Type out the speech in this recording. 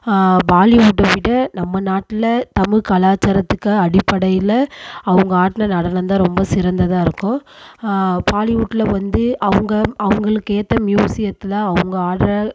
பாலிவுட்டை விட நம்ம நாட்டில் தமிழ் கலாச்சாரத்துக்கு அடிப்படையில் அவங்க ஆடின நடனம் தான் ரொம்ப சிறந்ததா இருக்கும் பாலிவுட்டில் வந்து அவங்க அவங்களுக்கு ஏற்ற மியூசியத்தில் அவங்க ஆடுற